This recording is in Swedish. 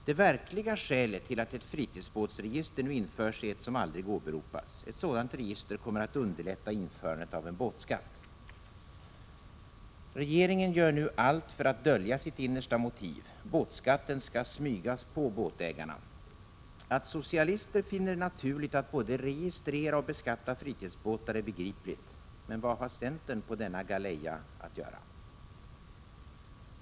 Det verkliga skälet till att ett fritidsbåtsregister nu införs är ett som aldrig åberopas: ett sådant register kommer att underlätta införandet av en båtskatt. Regeringen gör nu allt för att dölja sitt innersta motiv. Båtskatten skall smygas på båtägarna. Att socialister finner det naturligt att både registrera och beskatta fritidsbåtar är begripligt. Men vad har centern på denna galeja att göra?